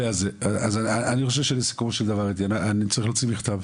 אני חושב שלסיכומו של דבר אני צריך להוציא מכתב